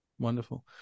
Wonderful